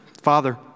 Father